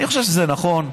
אני חושב שזה נכון.